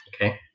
Okay